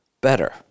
better